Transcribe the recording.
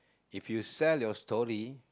if you sell your story